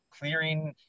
clearing